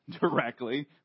directly